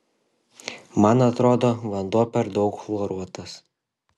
man atrodo vanduo per daug chloruotas